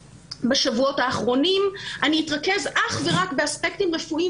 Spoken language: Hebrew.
אני אתרכז אך ורק באספקטים רפואיים